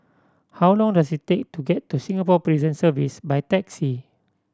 how long does it take to get to Singapore Prison Service by taxi